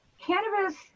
cannabis